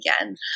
again